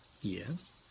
Yes